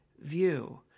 view